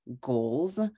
goals